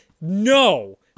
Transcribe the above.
no